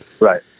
right